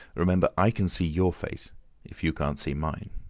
remember i can see your face if you can't see mine.